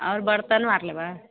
आओर बर्तन भार लेबै